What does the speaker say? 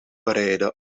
bereiden